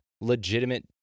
legitimate